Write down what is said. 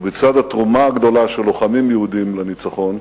ובצד התרומה הגדולה של לוחמים יהודים לניצחון,